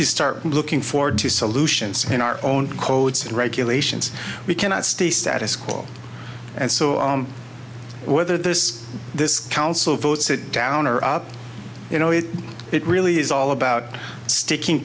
to start looking forward to solutions and our own codes and regulations we cannot stay status quo and so whether this this council votes it down or up you know it it really is all about sticking